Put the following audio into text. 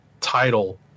title